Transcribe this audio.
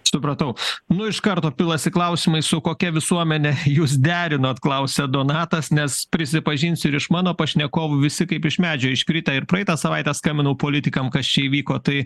supratau nu iš karto pilasi klausimai su kokia visuomene jūs derinot klausia donatas nes prisipažinsiu ir iš mano pašnekovų visi kaip iš medžio iškritę ir praeitą savaitę skambinau politikam kas čia įvyko tai